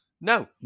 No